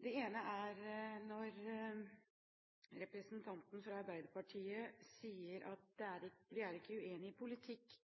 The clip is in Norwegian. Det ene er når representanten fra Arbeiderpartiet sier at vi ikke er uenig i